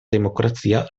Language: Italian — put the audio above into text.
democrazia